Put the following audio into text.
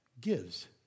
gives